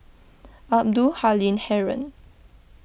Abdul Halim Haron